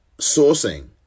sourcing